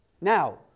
Now